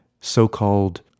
so-called